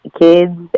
kids